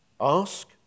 Ask